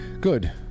Good